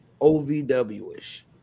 OVW-ish